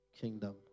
kingdom